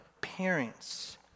parents